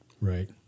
Right